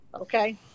Okay